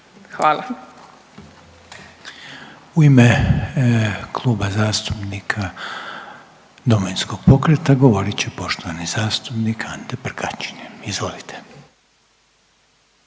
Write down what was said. (HDZ)** U ime Kluba zastupnika Domovinskog pokreta govorit će poštovani zastupnik Prkačin, očito